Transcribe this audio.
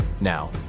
Now